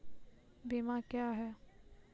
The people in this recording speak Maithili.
बीमा क्या हैं?